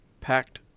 packed